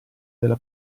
della